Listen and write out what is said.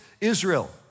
Israel